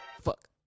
Fuck